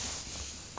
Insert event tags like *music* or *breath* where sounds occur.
*breath*